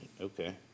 Okay